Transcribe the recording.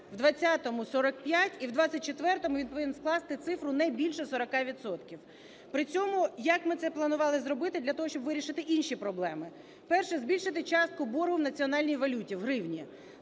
у 20-му – 45 і в 24-му він повинен скласти цифру не більше 40 відсотків. При цьому як ми це планували зробити для того, щоб вирішити інші проблеми. Перше. Збільшити частку боргу в національній валюті – в гривні.